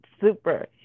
Super